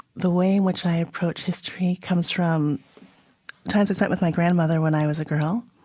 the way in which i approach history comes from times i spent with my grandmother when i was a girl.